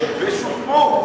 ושוקמו.